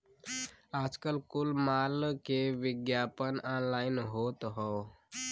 आजकल कुल माल के विग्यापन ऑनलाइन होत हौ